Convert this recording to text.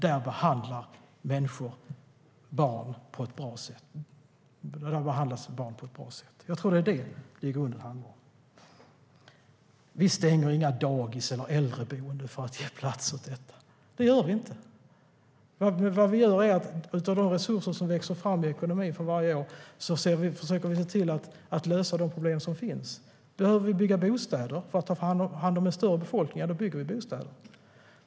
Där behandlas barn på ett bra sätt. Jag tror att det är detta som det i grunden handlar om. Vi stänger inga dagis eller äldreboenden för att ge plats åt detta. Det gör vi inte. Vad vi gör är att försöka lösa de problem som finns utifrån de resurser som växer fram i ekonomin varje år. Behöver vi bygga bostäder för att ta hand om en större befolkning, ja, då bygger vi bostäder.